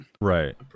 Right